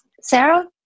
sarah